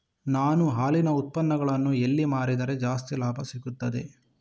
ನಾನು ಹಾಲಿನ ಉತ್ಪನ್ನಗಳನ್ನು ಎಲ್ಲಿ ಮಾರಿದರೆ ಜಾಸ್ತಿ ಲಾಭ ಸಿಗುತ್ತದೆ?